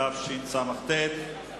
התשס"ט 2009,